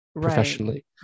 professionally